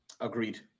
Agreed